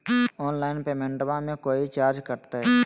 Online पेमेंटबां मे कोइ चार्ज कटते?